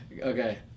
okay